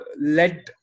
led